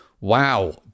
Wow